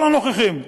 כל הנוכחים,